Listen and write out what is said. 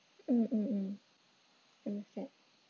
mm mm mm full set